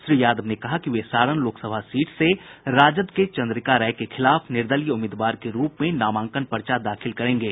श्री यादव ने कहा कि वे सारण लोकसभा सीट से राजद के चंद्रिका राय के खिलाफ निर्दलीय उम्मीदवार के रूप में नामांकन पर्चा दाखिल करेंगे